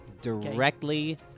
directly